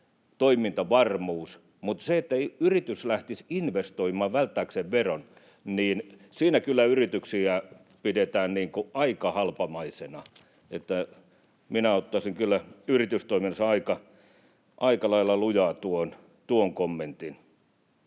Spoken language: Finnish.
toimintavarmuus. Mutta se, että yritys lähtisi investoimaan välttääkseen veron — siinä kyllä yrityksiä pidetään niin kuin aika halpamaisina. Minä ottaisin kyllä yritystoiminnassa aika lailla lujaa tuon kommentin.